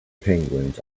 penguins